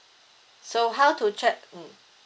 so how to check mm